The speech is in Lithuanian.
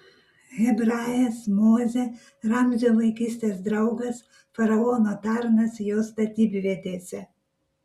hebrajas mozė ramzio vaikystės draugas faraono tarnas jo statybvietėse